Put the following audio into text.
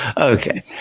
Okay